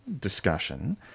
discussion